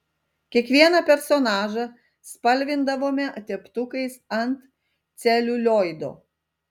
kiekvieną personažą spalvindavome teptukais ant celiulioido